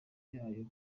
yayo